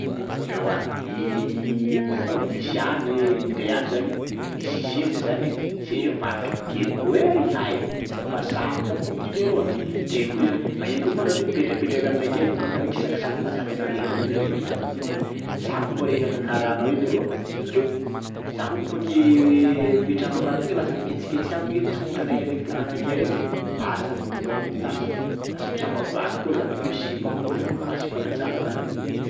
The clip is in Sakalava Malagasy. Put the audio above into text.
Eoa hitanao nisy ane ndray ane nisy seza zany e seza io nivadika niteny ko ey hay! Mba sampona ko ty leroa teny koa izy hoe manino koa moa anao ty mipetrapetraka aminakay vodinao akisakisano fa za ty fa reraka petrapetrahanao ty fa za ko mba reraka karaha anao io leroa, bôkeo za koa kaofa ke petrahanao karaha ty nge lasa mihetsiketsika aby nge tongotranakay ndraiky tànanakay reto e, lasa mbor- lasa lasa misababaka koa za bakeo simba, oh leroa asio fanajana zaka ty.